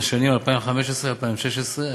לשנים 2016-2015,